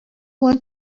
want